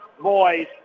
boys